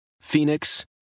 Phoenix